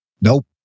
Nope